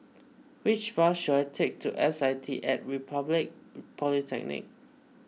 which bus should I take to S I T at Republic Polytechnic